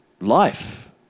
life